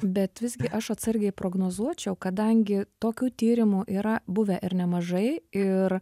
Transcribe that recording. bet visgi aš atsargiai prognozuočiau kadangi tokių tyrimų yra buvę ir nemažai ir